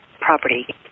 property